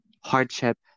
hardship